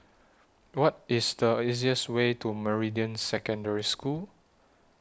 What IS The easiest Way to Meridian Secondary School